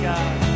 God